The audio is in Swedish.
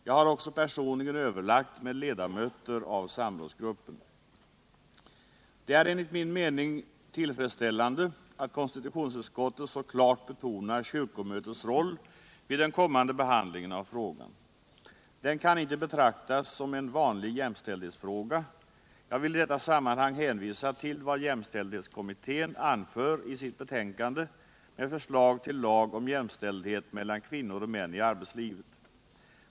Jag har också personligen överlagt med ledamöter av samrådsgruppen. Det är enligt min mening tillfredsställande att konstitutionsutskotter så klart betonar kyrkomötets roll vid den kommande behandlingen av frågan. Den kan inte betraktas som en vanlig jämställdhetsfråga. Jag vill i deta sammanhang hänvisa till vad jämställdhetskommittén anför i sitt betänkande med förslag till lag om jämställdhet mellan kvinnor och män i arbetslivet.